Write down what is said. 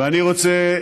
ואני רוצה,